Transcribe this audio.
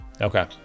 Okay